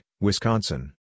Wisconsin